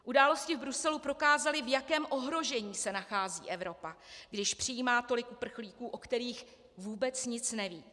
Události v Bruselu prokázaly, v jakém ohrožení se nachází Evropa, když přijímá tolik uprchlíků, o kterých vůbec nic neví.